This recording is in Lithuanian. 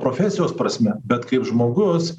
profesijos prasme bet kaip žmogus